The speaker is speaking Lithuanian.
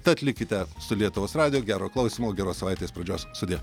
tad likite su lietuvos radiju gero klausymo geros savaitės pradžios sudie